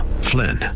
Flynn